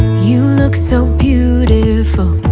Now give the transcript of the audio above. you look so beautiful